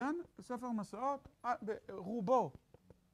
כן? ספר מסעות? רובו.